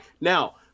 now